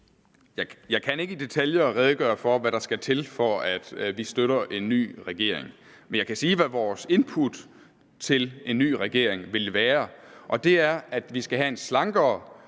Jeg kan ikke i detaljer redegøre for, hvad der skal til, for at vi støtter en ny regering. Men jeg kan sige, hvad vores input til en ny regering vil være, og det er, at vi skal have en slankere